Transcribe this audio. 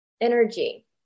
energy